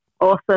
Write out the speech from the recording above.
Awesome